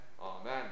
Amen